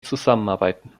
zusammenarbeiten